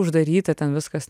uždaryta ten viskas